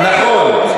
חבר הכנסת שטרן.